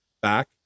back